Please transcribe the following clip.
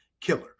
killer